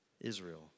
Israel